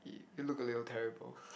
you look a little terrible